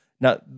Now